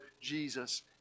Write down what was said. Jesus